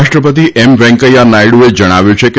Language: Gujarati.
ઉપરાષ્ટ્રપતિ એમવેંકૈયા નાયડુએ જણાવ્યું છે કે